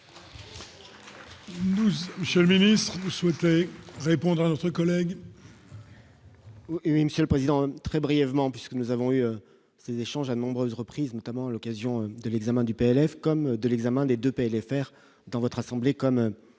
monsieur le Ministre, vous souhaitez répondre à notre collègue. Oui, Monsieur le Président, très brièvement puisque nous avons eu des échanges à nombreuses reprises notamment à l'occasion de l'examen du PLF comme de l'examen des 2 PLFR dans votre assemblée, comme